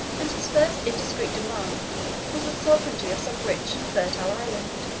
and his first indiscreet demand was the sovereignty of some rich and fertile island,